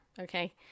okay